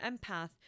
empath